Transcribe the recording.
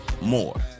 more